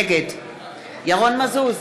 נגד ירון מזוז,